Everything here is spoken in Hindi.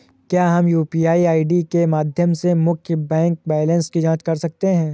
क्या हम यू.पी.आई के माध्यम से मुख्य बैंक बैलेंस की जाँच कर सकते हैं?